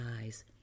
eyes